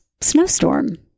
snowstorm